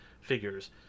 figures